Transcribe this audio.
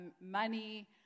money